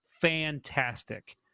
fantastic